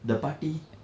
the paatti